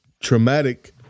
traumatic